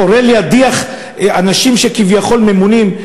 קורא להדיח אנשים שכביכול ממונים.